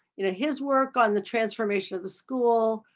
you know his work on the transformation of the school,